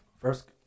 First